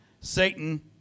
Satan